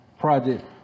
project